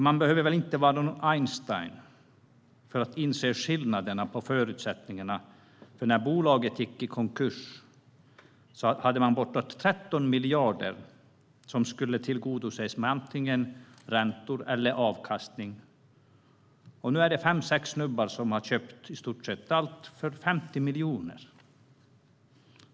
Man behöver väl inte vara någon Einstein för att inse skillnaderna i förutsättningar, för när bolaget gick i konkurs hade det bortåt 13 miljarder som skulle tillgodoses med antingen räntor eller avkastningar, och nu är det fem sex snubbar som har köpt upp i stort sett allt för 50 miljoner.